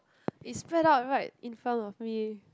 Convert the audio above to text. it spread out right in front of me